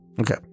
Okay